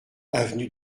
avenue